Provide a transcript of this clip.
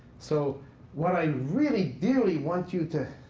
so what i really dearly want you to